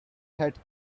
had